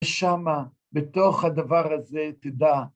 שמה בתוך הדבר הזה תדע.